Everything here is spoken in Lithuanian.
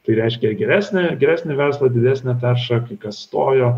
tai reiškia geresnę geresnį verslą didesnę taršą kai kas stojo